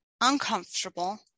uncomfortable